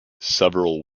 several